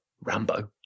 Rambo